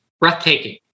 breathtaking